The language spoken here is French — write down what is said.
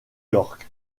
york